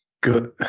Good